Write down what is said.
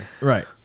Right